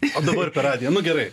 o dabar per radiją nu gerai